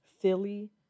Philly